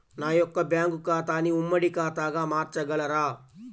నా యొక్క బ్యాంకు ఖాతాని ఉమ్మడి ఖాతాగా మార్చగలరా?